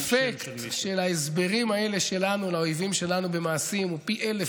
תאמין לי שהאפקט של ההסברים האלה שלנו לאויבים שלנו במעשים הוא פי אלף